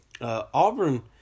Auburn –